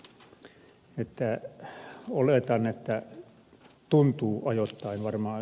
oletan että tuntuu ajoittain varmaan aika raskaalta